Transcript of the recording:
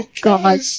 God